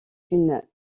une